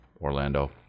Orlando